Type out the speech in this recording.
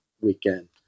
weekend